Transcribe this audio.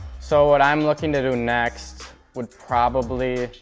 so what i'm looking to do next would probably.